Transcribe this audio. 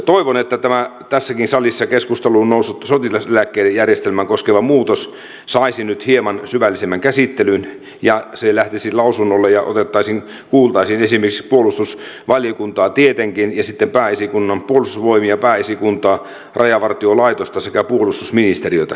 toivon että tämä tässäkin salissa keskusteluun noussut sotilaseläkejärjestelmää koskeva muutos saisi nyt hieman syvällisemmän käsittelyn ja se lähtisi lausunnolle ja kuultaisiin esimerkiksi puolustusvaliokuntaa tietenkin ja sitten puolustusvoimia pääesikuntaa rajavartiolaitosta sekä puolustusministeriötä